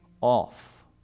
off